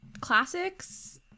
classics